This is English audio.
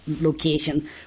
location